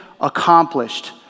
accomplished